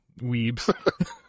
weebs